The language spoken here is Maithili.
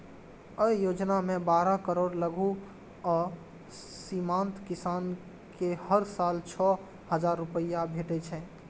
अय योजना मे बारह करोड़ लघु आ सीमांत किसान कें हर साल छह हजार रुपैया भेटै छै